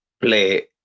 play